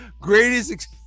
greatest